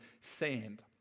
sand